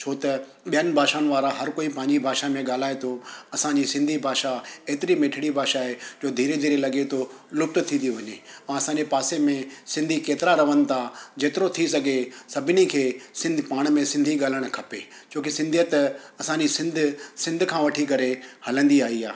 छो त ॿियनि भाषाउनि वारा हर कोई पंहिंजी भाषा में ॻाल्हाइ थो असांजी सिंधी भाषा हेतिरी मिठड़ी भाषा आहे जो धीरे धीरे लॻे थो लुप्त थी थी वञे ऐं असांजे पासे में सिंधी केतिरा रवनि था जेतिरो थी सघे सभिनी खे सिंध पाण में सिंधी ॻाल्हाइणु खपे छो की सिंधियत असांजी सिंध सिंध खां वठी करे हलंदी आई आहे